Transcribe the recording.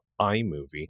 iMovie